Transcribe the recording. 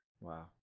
Wow